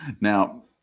Now